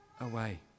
away